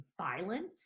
violent